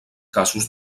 casos